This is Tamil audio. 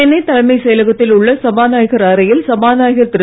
சென்னை தலைமை செயலகத்தில் உள்ள சபாநாயகர் அறையில் சபாநாயகர் திரு